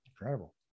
Incredible